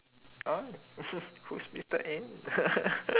ah who's mister M